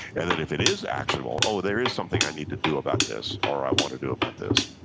and then if it is actionable, oh, there is something i need to do about this or i want to do about this.